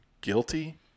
guilty